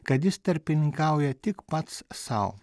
kad jis tarpininkauja tik pats sau